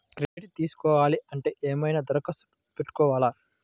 Credit తీసుకోవాలి అంటే ఏమైనా దరఖాస్తు పెట్టుకోవాలా?